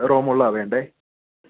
തോൽവി ആയിരിക്കുകയും ചെയ്യും തോക്കുമോ